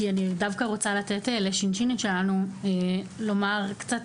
כי אני דווקא רוצה לתת לשינשינית שלנו לומר קצת